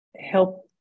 help